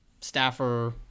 staffer